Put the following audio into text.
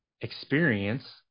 experience